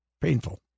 painful